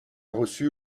reçu